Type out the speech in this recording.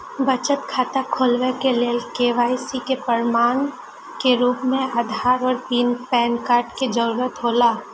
बचत खाता खोले के लेल के.वाइ.सी के प्रमाण के रूप में आधार और पैन कार्ड के जरूरत हौला